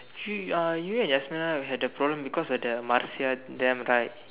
she uh you and your Yazmina had the problem because of the Marsia them right